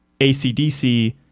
ACDC